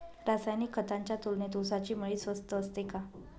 रासायनिक खतांच्या तुलनेत ऊसाची मळी स्वस्त असते का?